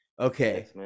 Okay